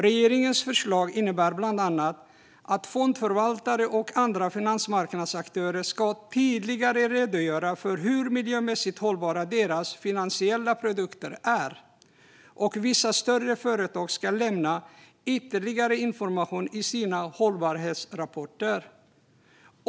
Regeringens förslag innebär bland annat att fondförvaltare och andra finansmarknadsaktörer tydligare ska redogöra för hur miljömässigt hållbara deras finansiella produkter är, och vissa större företag ska lämna ytterligare information i sina hållbarhetsrapporter.